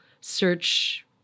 search